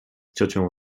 ciocią